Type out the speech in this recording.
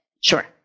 Sure